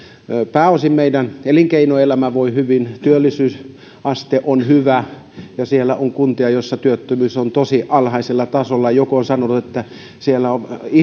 pääosin meidän elinkeinoelämä voi hyvin työllisyysaste on hyvä ja siellä on kuntia joissa työttömyys on tosi alhaisella tasolla joku on sanonut että siellä